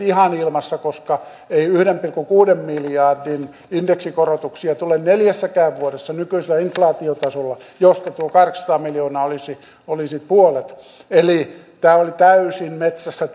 ihan ilmassa koska ei yhden pilkku kuuden miljardin indeksikorotuksia tule neljässäkään vuodessa nykyisellä inflaatiotasolla siitä tuo kahdeksansataa miljoonaa olisi puolet eli tämä teidän vaaliohjelmanne oli täysin metsässä